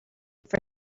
for